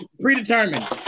Predetermined